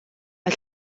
mae